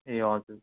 ए हजुर